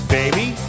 baby